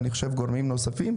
ואני חושב שגם גורמים נוספים,